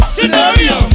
Scenario